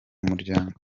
muryango